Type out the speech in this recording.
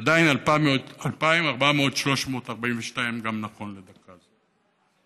היא עדיין 2,342, גם נכון לדקה זו.